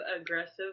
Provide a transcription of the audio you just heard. aggressive